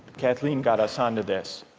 kathleen got us on to this.